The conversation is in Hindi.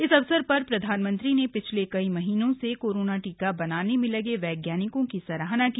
इस अवसर प्रधानमंत्री ने थिछले कई महीनों से कोरोना टीका बनाने में लगे वैज्ञानिकों की सराहना की